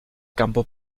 campo